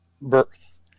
birth